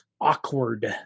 awkward